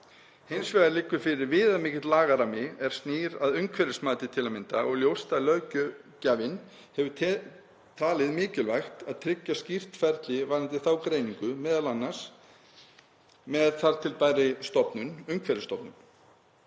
Hins vegar liggur fyrir viðamikill lagarammi er snýr að umhverfismati til að mynda og ljóst að löggjafinn hefur talið mikilvægt að tryggja skýrt ferli varðandi þá greiningu, m.a. með þar til bærri stofnun, Umhverfisstofnun.